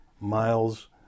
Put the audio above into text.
Miles